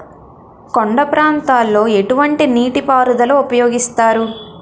కొండ ప్రాంతాల్లో ఎటువంటి నీటి పారుదల ఉపయోగిస్తారు?